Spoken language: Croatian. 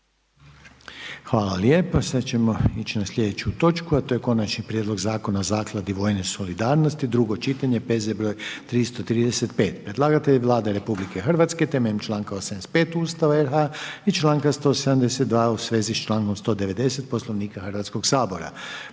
Željko (HDZ)** Sad ćemo ići na sljedeću točku, a to je - Konačni prijedlog Zakona o zakladi vojne solidarnosti, drugo čitanje, P.Z. broj 335. Predlagatelj je Vlada RH temeljem članka 85 Ustava RH i članka 172 u svezi s člankom 190 Poslovnika Hrvatskog sabora.